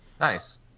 Nice